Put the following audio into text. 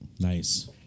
Nice